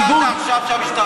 אתה אמרת עכשיו שהמשטרה,